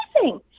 amazing